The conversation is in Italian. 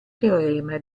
teorema